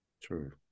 true